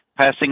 Passing